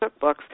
cookbooks